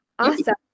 awesome